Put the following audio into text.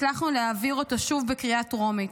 הצלחנו להעביר אותו שוב בקריאה טרומית,